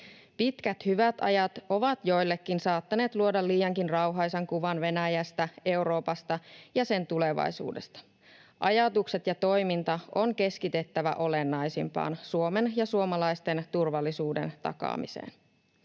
Pitkät hyvät ajat ovat joillekin saattaneet luoda liiankin rauhaisan kuvan Venäjästä, Euroopasta ja sen tulevaisuudesta. Ajatukset ja toiminta on keskitettävä olennaisimpaan: Suomen ja suomalaisten turvallisuuden takaamiseen.